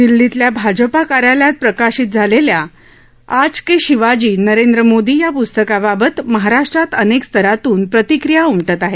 दिल्लीतल्या भाजपा कार्यालयात प्रकाशित झालेल्या आज के शिवाजी नरेंद्र मोदी या पुस्तकाबाबत महाराष्ट्रात अनेक स्तरांतून प्रतिक्रिया उम त आहेत